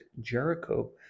Jericho